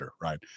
Right